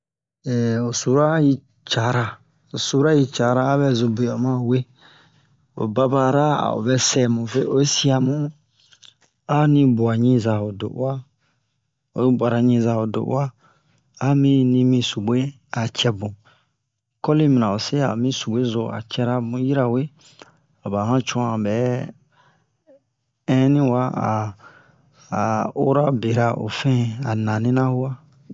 o sura yi cara o sura yi cara a bɛ zun bio o ma we o baba ra a'o vɛ sɛmu ve oyi siamu ani buwa ɲiza ho do'uwa oyi buara ɲiza ho do'uwa ani ni mi subwe a cɛbun coli yi mana o se a mi subwe zo a cɛra bun yirawe a ba yancu'an bɛ ɛni wa a a ora bera o fɛn a nani na yuwaɲɲɲɲɲ